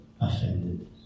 Offended